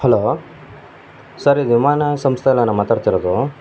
hello sir ಇದು ವಿಮಾನ ಸಂಸ್ಥೆಯಿಂದಲಾ ಮಾತಾಡ್ತಿರೋದು